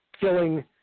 killing